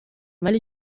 ولی